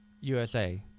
USA